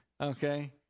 Okay